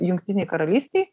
jungtinėj karalystėj